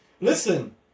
Listen